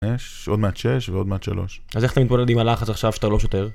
יש עוד מעט 6 ועוד מעט 3. אז איך אתה מתמודד עם הלחץ עכשיו שאתה לא שוטר?